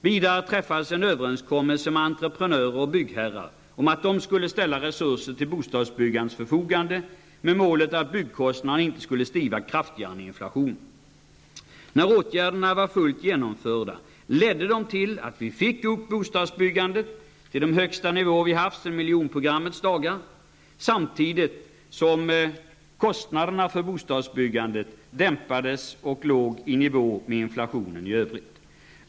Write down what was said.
Vidare träffades en överenskommelse med byggentreprenörer och byggherrar om att de skulle ställa resurser till bostadsbyggandets förfogande med målet att byggkostnaderna inte skulle stiga kraftigare än inflationen. När detta var fullt genomfört ledde det till att bostadsbyggandet ökade till de högsta nivåer som vi haft sedan miljonprogrammets dagar samtidigt som kostnaderna för bostadsbyggandet dämpades och låg i nivå med inflationen i övrigt.